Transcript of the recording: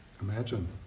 Imagine